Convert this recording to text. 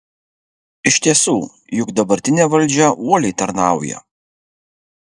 iš tiesų juk dabartinė valdžia uoliai tarnauja